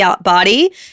body